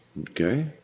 Okay